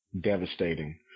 devastating